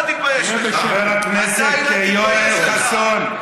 אני לא אהיה בשקט,